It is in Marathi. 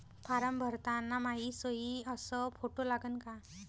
फारम भरताना मायी सयी अस फोटो लागन का?